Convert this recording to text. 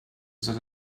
said